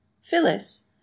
Phyllis